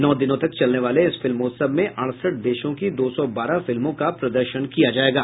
नौ दिनों तक चलने वाले इस फिल्मोत्सव में अड़सठ देशों की दो सौ बारह फिल्मों का प्रदर्शन किया जायेगा